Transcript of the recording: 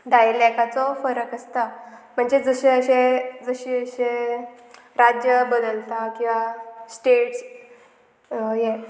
डायलेकाचो फरक आसता म्हणजे जशे अशे जशे जशे राज्य बदलता किंवां स्टेट्स ये